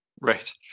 right